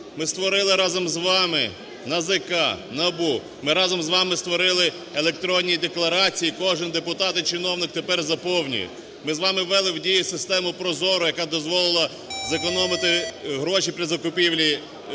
Ми створили разом з вами НАЗК, НАБУ, ми разом з вами створили електронні декларації, кожен депутат і чиновник тепер заповнює їх. Ми з вами ввели в дію системуProZorro, яка дозволила зекономити гроші при закупівлі за